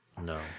No